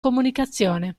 comunicazione